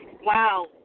Wow